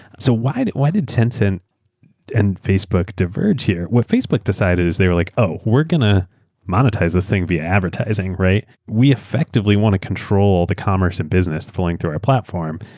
so why did why did tencent and facebook diverge here? what facebook decided is they were like, oh, we're going to monetize this thing via advertising. we effectively want to control the commerce and business filling through our platform.